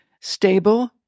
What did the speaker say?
stable